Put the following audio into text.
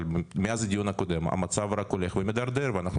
אבל מאז הדיון הקודם המצב רק הולך ומתדרדר ואנחנו